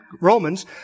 Romans